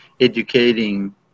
educating